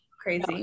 Crazy